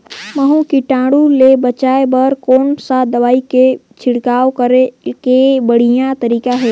महू कीटाणु ले बचाय बर कोन सा दवाई के छिड़काव करे के बढ़िया तरीका हे?